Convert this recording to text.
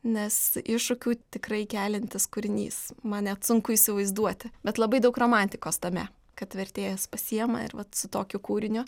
nes iššūkių tikrai keliantis kūrinys man net sunku įsivaizduoti bet labai daug romantikos tame kad vertėjas pasiima ir vat su tokiu kūriniu